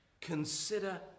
consider